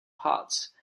pots